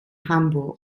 hamburg